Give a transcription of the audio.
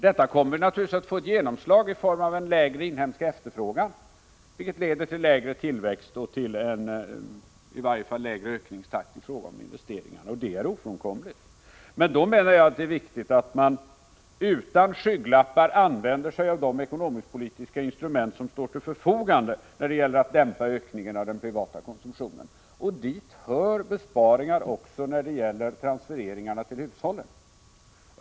Detta kommer naturligtvis att få ett genomslag i form av en lägre inhemsk efterfrågan, vilket leder till lägre tillväxt och till i varje fall lägre ökningstakt i fråga om investeringarna. Det är ofrånkomligt. Men då menar jag att det är viktigt att man utan skygglappar använder sig av de ekonomisk-politiska instrument som står till förfogande när det gäller att dämpa ökningen i den privata konsumtionen. Dit hör besparingar också när det gäller transfereringar i hushållen.